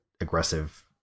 aggressive